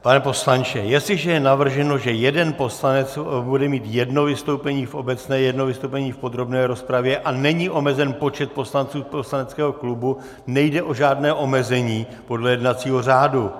Pane poslanče, jestliže je navrženo, že jeden poslanec bude mít jedno vystoupení v obecné, jedno vystoupení v podrobné rozpravě a není omezen počet poslanců z poslaneckého klubu, nejde o žádné omezení podle jednacího řádu.